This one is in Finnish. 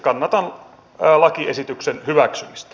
kannatan lakiesityksen hyväksymistä